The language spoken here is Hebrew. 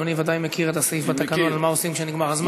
אדוני ודאי מכיר את הסעיף בתקנון האומר מה עושים כשנגמר הזמן.